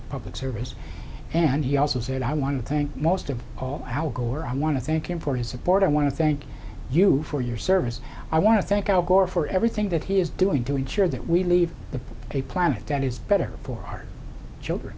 public service and he also said i want to thank most of all how gore i want to thank him for his support i want to thank you for your service i want to thank al gore for everything that he is doing to ensure that we leave the a planet that is better for our children